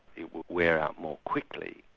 it would wear out more quickly,